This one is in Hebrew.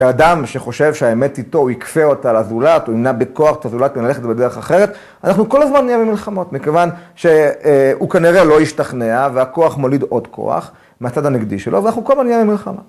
האדם שחושב שהאמת איתו הוא יכפה אותה על הזולת, הוא ימנע בכוח את הזולת ללכת בדרך אחרת, אנחנו כל הזמן נהיה במלחמות, מכיוון שהוא כנראה לא ישתכנע, והכוח מוליד עוד כוח מהצד הנגדי שלו, ואנחנו כל הזמן נהיה במלחמה.